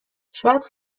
شاید